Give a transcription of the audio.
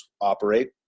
operate